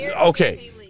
Okay